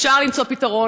אפשר למצוא פתרון.